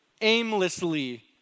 aimlessly